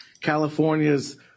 California's